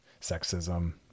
sexism